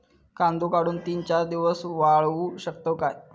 कांदो काढुन ती चार दिवस वाळऊ शकतव काय?